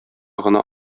гына